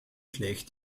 gleicht